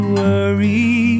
worry